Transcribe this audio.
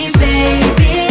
baby